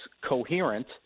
coherent